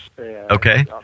okay